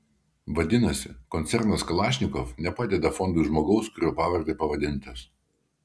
vadinasi koncernas kalašnikov nepadeda fondui žmogaus kurio pavarde pavadintas